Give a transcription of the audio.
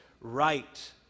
right